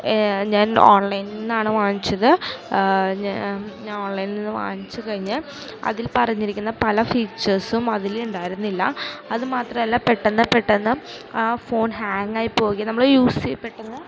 ഞാൻ ഓൺലൈനില്നിന്നാണ് വാങ്ങിച്ചത് ഞാൻ ഞാൻ ഓൺലൈനിൽ നിന്ന് വാങ്ങിച്ച് കഴിഞ്ഞ് അതിൽ പറഞ്ഞിരിക്കുന്ന പല ഫീച്ചേഴ്സും അതിലുണ്ടായിരുന്നില്ല അതുമാത്രമല്ല പെട്ടെന്ന് പെട്ടെന്ന് ആ ഫോൺ ഹാങ്ങ് ആയി പോവുകയും നമ്മള് യൂസ് പെട്ടെന്ന്